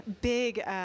big